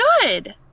good